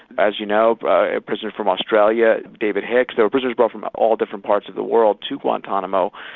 as you know, a prisoner from australia, david hicks. there were prisoners brought from all different parts of the world to guantanamo.